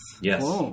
Yes